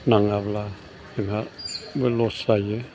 नाङाब्ला जोंहाबो लस जायो